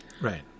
Right